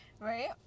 right